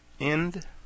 End